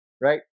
right